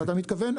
אתה מתכוון,